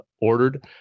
ordered